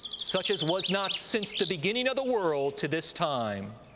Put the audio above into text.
such as was not since the beginning of the world to this time,